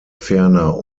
ferner